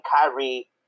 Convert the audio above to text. Kyrie